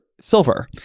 Silver